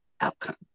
outcome